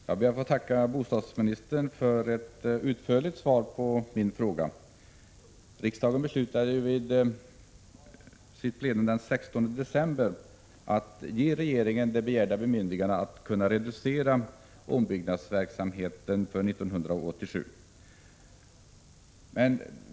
Herr talman! Jag ber att få tacka bostadsministern för ett utförligt svar på min fråga. Riksdagen beslutade ju vid plenum den 16 december att ge regeringen begärt bemyndigande att reducera ombyggnadsverksamheten för år 1987.